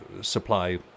supply